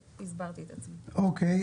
תודה.